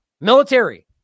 Military